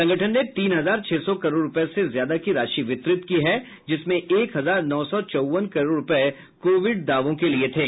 संगठन ने तीन हजार छह सौ करोड़ रुपये से ज्यादा की राशि वितरित की है जिसमें एक हजार नौ सौ चव्वन करोड़ रुपये कोविड दावों के लिए थे